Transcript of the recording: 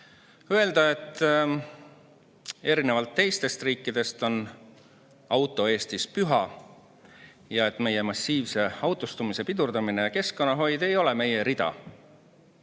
öelda, et erinevalt teistest riikidest on auto Eestis püha ja meie massiivse autostumise pidurdamine ja keskkonnahoid ei ole meie rida,